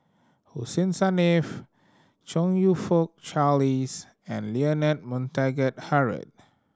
Hussein Chong You Fook Charles and Leonard Montague Harrod